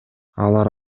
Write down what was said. алар